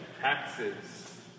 Taxes